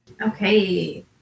Okay